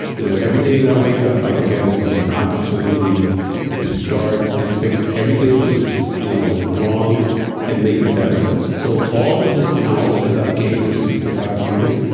you know every day that i wake up, i look at it as an opportunity to start and fix everything that was you know wrong and make it better. so all of this knowledge that i've gained for sixty five years,